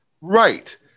right